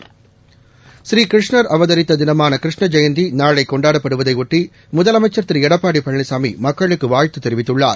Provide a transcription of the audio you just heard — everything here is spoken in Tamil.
ப்ரீகிருஷ்ணா் அவதித்த தினமான கிருஷ்ண ஜெயந்தி நாளை கொண்டாடப்படுவதையொட்டி முதமைச்சா் திரு எடப்பாடி பழனிசாமி மக்களுக்கு வாழ்த்து தெரிவித்துள்ளார்